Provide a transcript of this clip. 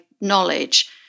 knowledge